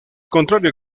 contrario